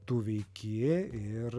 tu veiki ir